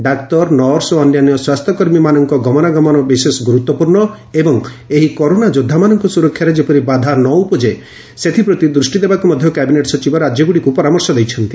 ଡାକ୍ତର nurse ଓ ଅନ୍ୟାନ୍ୟ ସ୍ୱାସ୍ଥ୍ୟ କର୍ମୀମାନଙ୍କ ଗମନାଗମନ ବିଶେଷ ଗୁରୁତ୍ୱପୂର୍ଣ୍ଣ ଏବଂ ଏହି କରୋନା ଯୋଦ୍ଧାମାନଙ୍କ ସୁରକ୍ଷାରେ ଯେପରି ବାଧା ନ ଉପୁଜେ ସେଥିପ୍ରତି ଦୃଷ୍ଟି ଦେବାକୁ ମଧ୍ୟ କ୍ୟାବିନେଟ୍ ସଚିବ ରାଜ୍ୟଗୁଡ଼ିକୁ ପରାମର୍ଶ ଦେଇଛନ୍ତି